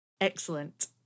Excellent